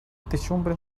techumbres